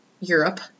Europe